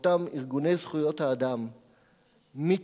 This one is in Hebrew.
מאותם ארגוני זכויות האדם מצטיירים,